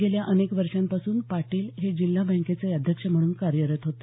गेल्य अनेक वर्षांपासून पाटील हे जिल्हा बँकेचे अध्यक्ष म्हणून कार्यरत आहेत